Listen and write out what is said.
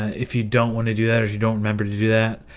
if you don't want to do that as you don't remember to do that,